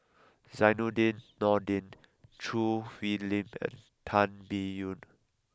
Zainudin Nordin Choo Hwee Lim and Tan Biyun